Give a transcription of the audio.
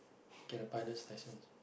get a pilot's license